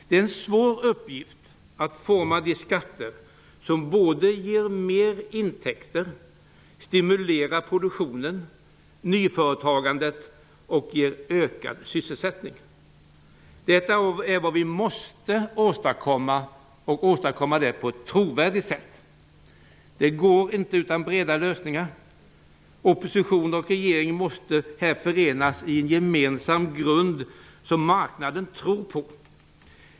Det är en svår uppgift att forma de skatter som både ger mer intäkter, stimulerar produktion och nyföretagande och därmed ger ökad sysselsättning. Detta är vad vi måste åstadkomma på ett trovärdigt sätt. Det går inte utan breda lösningar. Opposition och regering måste här förenas om en gemensam grund som marknaden tror på.